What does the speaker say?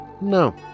No